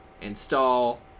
install